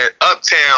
Uptown